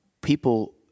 people